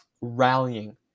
rallying